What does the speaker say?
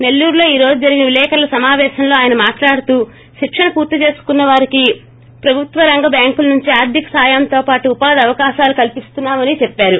నెల్లూరులో ఈ రోజు జరిగిన విలేకర్ల సమాపేశంలో ఆయన మాట్లాడుతూ శిక్షణ పూర్తి చేసుకున్న వారికి ప్రభుత్వ రంగ బ్యాంకుల నుంచి ఆర్థిక సాయంతోపాటు ఉపాధి అవకాశాలు కల్పిస్తున్నా మని తెలిపారు